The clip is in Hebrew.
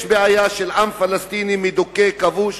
יש בעיה של עם פלסטיני מדוכא, כבוש,